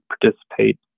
participate